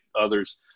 others